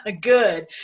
Good